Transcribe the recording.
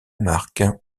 marque